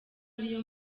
ariyo